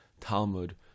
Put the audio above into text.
Talmud